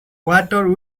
water